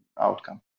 outcome